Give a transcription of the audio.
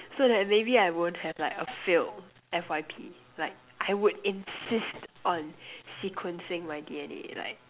so that maybe I won't have like have a failed F_Y_P like I would insist on sequencing my D_N_A like